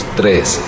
tres